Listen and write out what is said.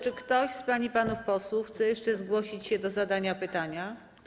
Czy ktoś z pań i panów posłów chce jeszcze zgłosić się do zadania pytania?